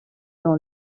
dans